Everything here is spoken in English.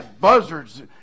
buzzards